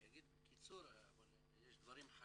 אני אגיד בקיצור אבל יש דברים חשובים.